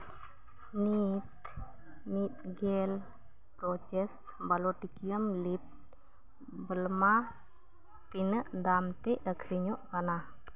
ᱱᱤᱛ ᱢᱤᱫ ᱜᱮᱞ ᱯᱨᱚᱪᱮᱥ ᱵᱟᱞᱚᱴᱜᱤᱭᱟᱢ ᱞᱤᱯᱷᱴ ᱵᱞᱟᱢᱟ ᱛᱤᱱᱟᱹᱜ ᱫᱟᱢ ᱛᱮ ᱟᱹᱠᱷᱨᱤᱧᱚᱜ ᱠᱟᱱᱟ